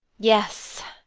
yes,